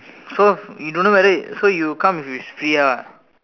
so you don't know whether so you come is free ah